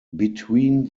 between